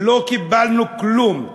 לא קיבלנו כלום.